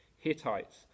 Hittites